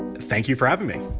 thank you for having me